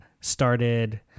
started